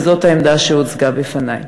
וזאת העמדה שהוצגה בפני.